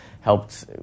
helped